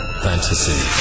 fantasy